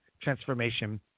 Transformation